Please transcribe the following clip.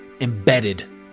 ...embedded